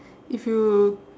if you